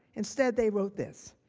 instead they wrote this.